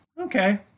Okay